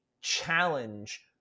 challenge